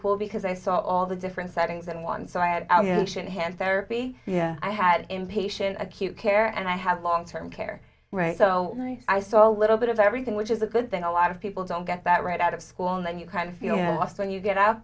cool because i saw all the different settings and once i had our relation hand therapy i had in patient acute care and i have long term care right so i saw a little bit of everything which is a good thing a lot of people don't get that right out of school and then you kind of feel lost when you get out